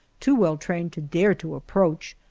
too well trained to dare to approach,